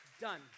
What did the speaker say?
done